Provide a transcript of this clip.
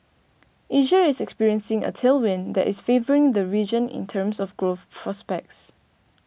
Asia is experiencing a tailwind that is favouring the region in terms of growth prospects